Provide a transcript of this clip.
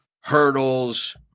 hurdles